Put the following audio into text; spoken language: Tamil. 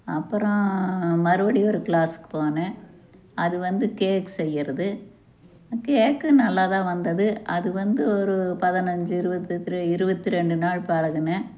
அப்புறோம் மறுபடியும் ஒரு கிளாஸ்க்கு போனேன் அது வந்து கேக்ஸ் செய்கிறது கேக்கு நல்லா தான் வந்தது அது வந்து ஒரு பதனஞ்சு இருபது பேத்ரே இருபத்தி ரெண்டு நாள் பழகுனேன்